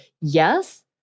yes